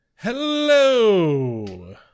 Hello